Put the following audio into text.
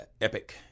Epic